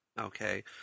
Okay